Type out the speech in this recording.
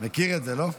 מכיר את זה, לא?